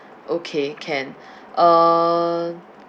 okay can uh